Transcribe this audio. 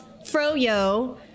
Froyo